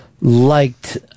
liked